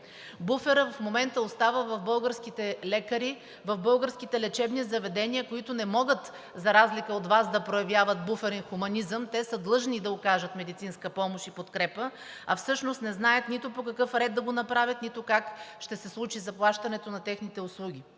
Буферът в момента остава в българските лекари, в българските лечебни заведения, които не могат, за разлика от Вас, да проявяват буферен хуманизъм, те са длъжни да окажат медицинска помощ и подкрепа, а всъщност не знаят нито по какъв ред да го направят, нито как ще се случи заплащането на техните услуги.